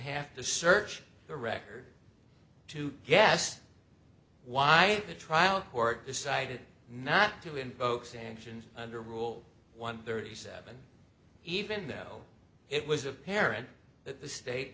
have to search the record to gas why the trial court decided not to invoke sanctions under rule one thirty seven even though it was apparent that the state